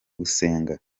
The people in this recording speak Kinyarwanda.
gusenga